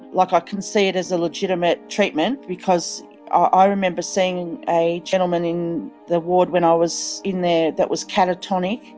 like i can see it as a legitimate treatment because ah i remember seeing a gentleman in the ward when i was in there that was catatonic,